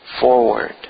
forward